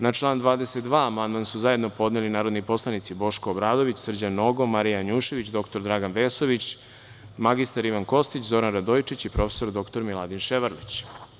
Na član 22 amandman su zajedno podneli narodni poslanici Boško Obradović, Srđan Nogo, Marija Janjušević, dr Dragan Vesović, mr Ivan Kostić, Zoran Radojičić i prof. dr Miladin Ševarlić.